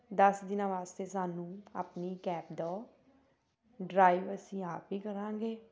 ਦਸ ਦਿਨਾਂ ਵਾਸਤੇ ਸਾਨੂੰ ਆਪਣੀ ਕੈਬ ਦਿਓ ਡਰਾਈਵ ਅਸੀਂ ਆਪ ਹੀ ਕਰਾਂਗੇ